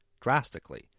drastically